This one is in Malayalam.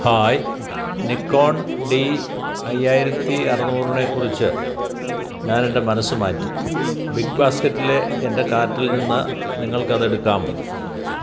ഹായ് നിക്കോൺ ഡി അയ്യായിരത്തി അറുന്നൂറിനെക്കുറിച്ച് ഞാൻ എൻ്റെ മനസ്സ് മാറ്റി ബിഗ് ബാസ്ക്കറ്റിലെ എൻ്റെ കാർട്ടിൽ നിന്ന് നിങ്ങൾക്കത് എടുക്കാമോ